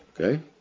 Okay